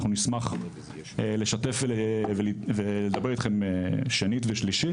אנחנו נשמח לשתף ולדבר איתכם שנית ושלישית,